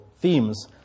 themes